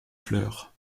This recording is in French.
fleur